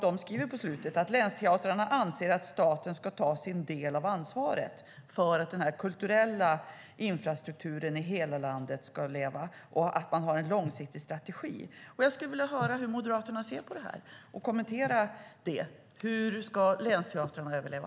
De skriver på slutet: Länsteatrarna anser att staten ska ta sin del av ansvaret för att den kulturella infrastrukturen i hela landet ska leva och för en långsiktig strategi. Jag skulle vilja höra hur Moderaterna ser på det här och svarar på hur länsteatrarna ska överleva.